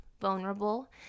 vulnerable